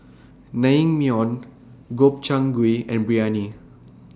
Naengmyeon Gobchang Gui and Biryani